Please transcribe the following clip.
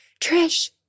Trish